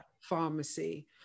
pharmacy